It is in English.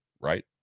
right